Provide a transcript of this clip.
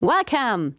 Welcome